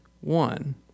one